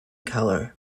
color